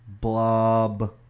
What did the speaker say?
blob